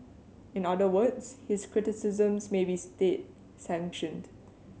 in other words his criticisms may be state sanctioned